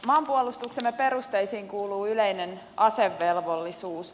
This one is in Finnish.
maanpuolustuksemme perusteisiin kuuluu yleinen asevelvollisuus